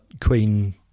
queen